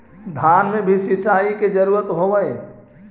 धान मे भी सिंचाई के जरूरत होब्हय?